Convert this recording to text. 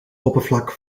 oppervlak